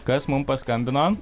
kas mums paskambino